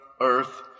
earth